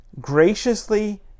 graciously